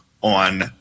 on